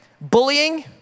bullying